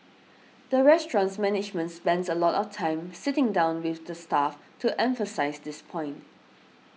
the restaurant's management spends a lot of time sitting down with the staff to emphasise this point